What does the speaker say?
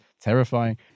terrifying